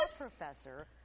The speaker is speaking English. professor